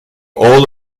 all